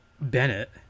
Bennett